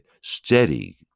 steady